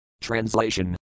Translation